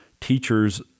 teachers